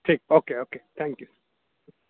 ٹھیک okay okay thank you